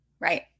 right